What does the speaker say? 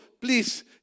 please